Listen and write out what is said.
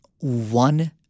one